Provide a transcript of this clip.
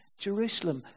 Jerusalem